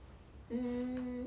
mm